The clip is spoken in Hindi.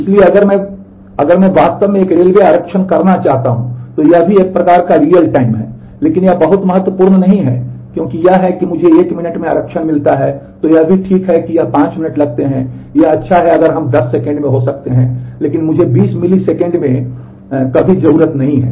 इसलिए अगर मैं अगर मैं वास्तव में एक रेलवे आरक्षण करना चाहता हूं तो यह भी एक प्रकार का रियल टाइम है लेकिन यह बहुत महत्वपूर्ण नहीं है क्योंकि यह है कि अगर मुझे एक मिनट में आरक्षण मिलता है तो यह भी ठीक है अगर यह 5 मिनट लगते हैं यह अच्छा है अगर हम 10 सेकंड में हो सकते हैं लेकिन मुझे 20 मिलीसेकंड कहने में कभी ज़रूरत नहीं है